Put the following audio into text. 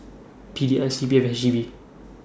P D I C P F H E B